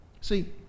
See